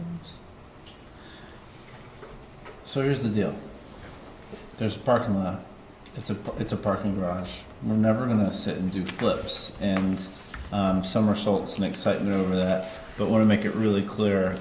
and so here's the deal there's a parking lot it's a it's a parking garage we're never going to sit and do flips and somersaults and excitement over that but want to make it really clear